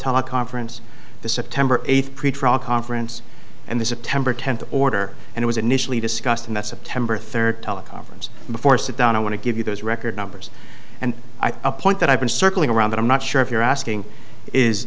teleconference the september eighth pretrial conference and there's a temper temper order and it was initially discussed in that september third teleconference before sit down i want to give you those record numbers and i point that i've been circling around that i'm not sure if you're asking is